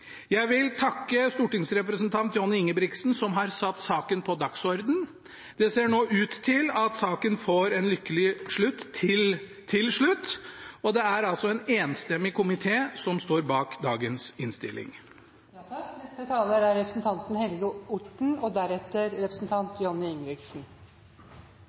Jeg vil takke stortingsrepresentanten Johnny Ingebrigtsen som har satt saken på dagsordenen. Det ser nå ut til at saken får en lykkelig slutt – til slutt – og det er altså en enstemmig komité som står bak dagens innstilling. Som påpekt av saksordføreren, er